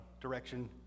direction